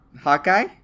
Hawkeye